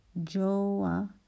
Joah